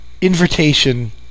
invitation